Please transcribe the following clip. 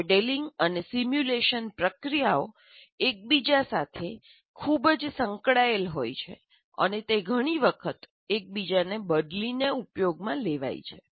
modelling અને simulation પ્રક્રિયાઓ એકબીજા સાથે ખૂબ જ સંકળાયેલ હોય છે અને તે ઘણી વખત એકબીજાને બદલીને ઉપયોગમાં લેવાય છે